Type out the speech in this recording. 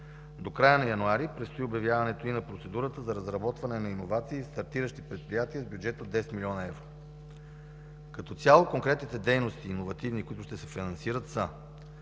До края на месец януари предстои обявяването и на процедурата за разработване на иновации и стартиращи предприятия с бюджет от 10 млн. евро. Като цяло конкретните иновативни дейности, които ще се финансират, са: